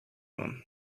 him